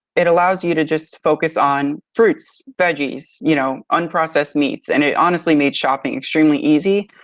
it allows you to just focus on fruits, veggies, you know unprocessed meats, and it honestly made shopping extremely easy.